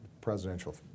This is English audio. presidential